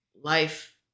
life